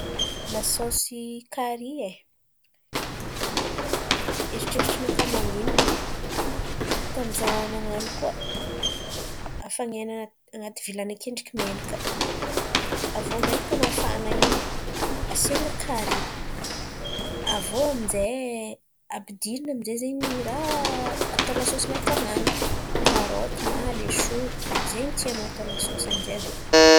Lasôsy karÿ e, eritreritrinakà mandiniky, tamy za nan̈ano koa, afanain̈a an̈aty vilany akendriky menakà. Aviô menakà mafana iny asian̈a karÿ. Aviô aminjay ampidirin̈y aminjay zen̈y raha atao lasôsy miaraka aminany, karôty na leso zen̈y tianao atao lasôsy aminjay aviô.